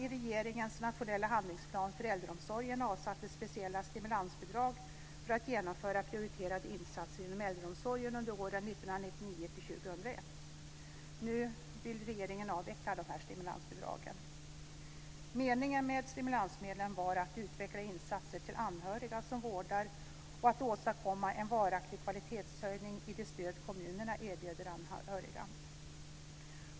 I regeringens nationella handlingsplan för äldreomsorgen avsattes speciella stimulansbidrag för att genomföra prioriterade insatser inom äldreomsorgen under åren 1999 till 2001. Nu vill regeringen avveckla dessa stimulansbidrag. Meningen med stimulansmedlen var att utveckla insatser till anhöriga som vårdar och att åstadkomma en varaktig kvalitetshöjning i det stöd kommunerna erbjuder anhöriga.